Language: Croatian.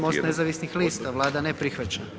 MOST nezavisnih lista, Vlada ne prihvaća.